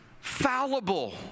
fallible